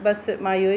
बसि मां इहेई